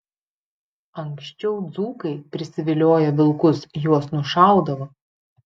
anksčiau dzūkai prisivilioję vilkus juos nušaudavo